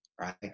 Right